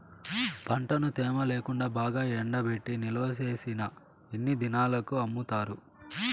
పంటను తేమ లేకుండా బాగా ఎండబెట్టి నిల్వచేసిన ఎన్ని దినాలకు అమ్ముతారు?